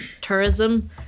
tourism